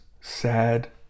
sad